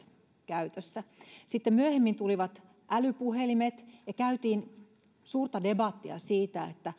käytössä sitten myöhemmin tulivat älypuhelimet ja käytiin suurta debattia siitä